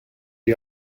the